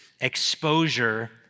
exposure